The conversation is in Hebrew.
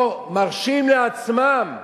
הם לא מרשים לעצמם,